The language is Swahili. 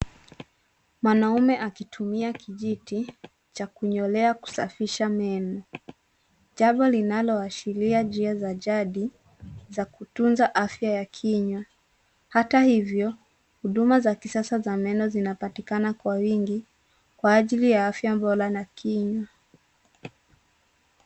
Mwanamme akitumia kijiti cha kunyolea kusafisha meno jambo linalo ashiria njia za jadi za kutunza afya ya kinywa. Hata hivyo huduma za kisasa za meno zinapatikana kwa wingi kwa ajili ya afya bora ya kinywa.